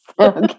Okay